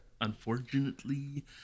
Unfortunately